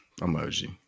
emoji